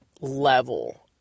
level